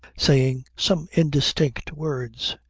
saying some indistinct words.